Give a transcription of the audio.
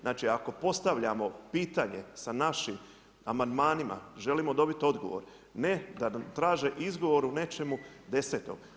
Znači ako postavljamo pitanje sa našim amandmanima želimo dobiti odgovor ne da nam traže izgovor u nečemu desetom.